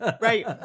right